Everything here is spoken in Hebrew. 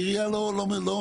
העירייה לא מקדמת,